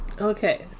Okay